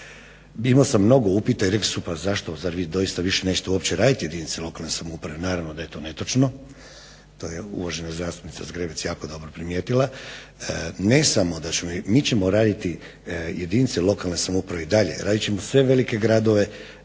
imao sam mnogo upita i rekli su pa zašto zar vi doista više nećete uopće raditi jedinice lokalne samouprave. naravno da je to netočno. To je uvažena zastupnica Zgrebec jako dobro primijetila. Mi ćemo raditi jedinice lokalne samouprave i dalje radit ćemo sve velike gradove,